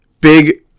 Big